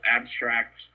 abstract